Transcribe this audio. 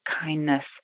kindness